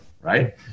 Right